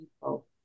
people